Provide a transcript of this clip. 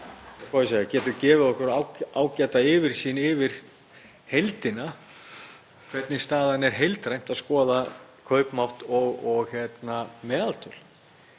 og það getur gefið okkur ágæta yfirsýn yfir heildina, hvernig staðan er heildrænt, að skoða kaupmátt og meðaltöl.